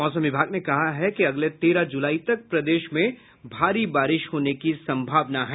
मौसम विभाग ने कहा है कि अगले तेरह जुलाई तक प्रदेश में भारी बारिश होने की संभावना है